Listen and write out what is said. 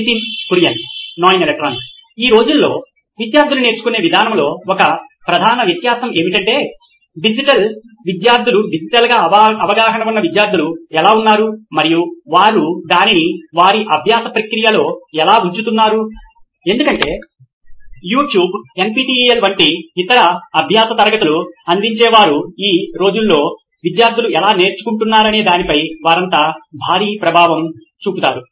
Nitin Kurian COO నోయిన్ electronics ఈ రోజుల్లో విద్యార్థులు నేర్చుకునే విధానంలో ఒక ప్రధాన వ్యత్యాసం ఏమిటంటే డిజిటల్ విద్యార్థులు డిజిటల్గా అవగాహన ఉన్న విద్యార్థులు ఎలా ఉన్నారు మరియు వారు దానిని వారి అభ్యాస ప్రక్రియలో ఎలా ఉంచుతున్నారు ఎందుకంటే యూట్యూబ్ NPTEL వంటి ఇతర అభ్యాస తరగతులు అందించేవారు ఈ రోజుల్లో విద్యార్థులు ఎలా నేర్చుకుంటున్నారనే దానిపై వారంతా భారీ ప్రభావం చూపుతారు